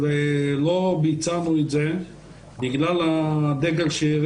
אבל לא ביצענו את זה בגלל הדגל שהרים